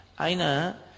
Aina